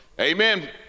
Amen